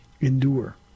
endure